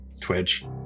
Twitch